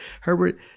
Herbert